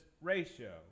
ratio